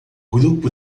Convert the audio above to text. grupo